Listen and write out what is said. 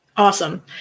Awesome